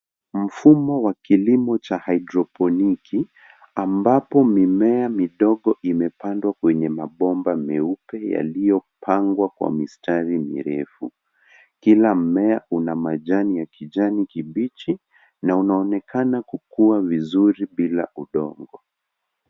Mfumo wa kilimo cha haidroponiki, ambapo mimea midogo imepandwa kwenye mabomba meupe yaliyopangwa kwa mistari mirefu. Kila mmea una majani ya kijani kibichi na unaonekana kukua vizuri bila udongo.